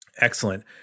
Excellent